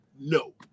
no